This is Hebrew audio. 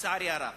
לצערי הרב.